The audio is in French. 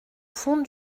fond